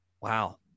Wow